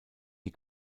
die